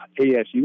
ASU